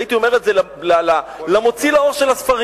הייתי אומר את זה למוציא לאור של הספרים.